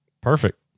Perfect